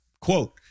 Quote